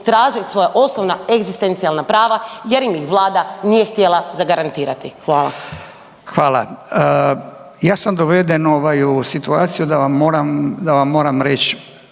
traže svoja osnovna egzistencijalna prava jer im ih Vlada nije htjela zagarantirati. Hvala. **Radin, Furio (Nezavisni)** Hvala. Ja sam doveden ovaj u situaciju da vam moram reći